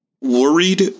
worried